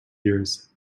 years